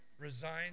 resigned